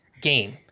game